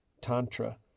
Tantra